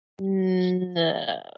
No